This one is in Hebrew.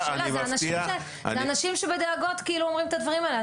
אלה אנשים שבדאגות אומרים את הדברים האלה.